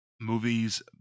movies